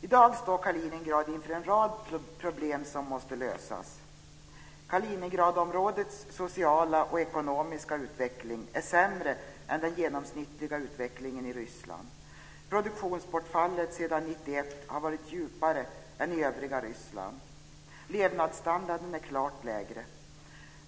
I dag står Kaliningrad inför en rad problem som måste lösas. - Kaliningradområdets sociala och ekonomiska utveckling är sämre än den genomsnittliga utvecklingen i Ryssland. Produktionsbortfallet sedan 1991 har varit större än i övriga Ryssland. - Levnadsstandarden är klart lägre.